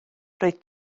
roedd